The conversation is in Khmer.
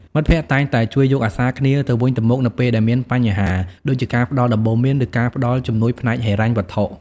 មិត្តភក្តិតែងតែជួយយកអាសាគ្នាទៅវិញទៅមកនៅពេលដែលមានបញ្ហា ដូចជាការផ្តល់ដំបូន្មានឬការផ្តល់ជំនួយផ្នែកហិរញ្ញវត្ថុ។